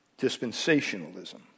Dispensationalism